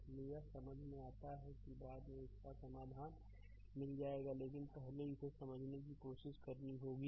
इसलिए यह समझ में आता है कि बाद में इसका समाधान मिल जाएगा लेकिन पहले इसे समझने की कोशिश करनी होगी